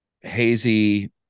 hazy